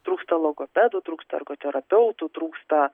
trūksta logopedų trūksta ergo terapeutų trūksta